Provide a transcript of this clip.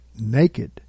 naked